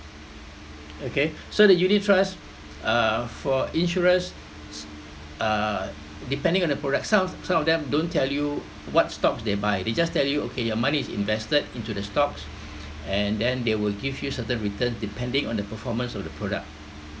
okay so the unit trust uh for insurance uh depending on the product some some of them don't tell you what stocks they buy they just tell you okay your money is invested into the stocks and then they will give you certain return depending on the performance of the product